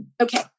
Okay